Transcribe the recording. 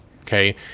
okay